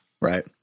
right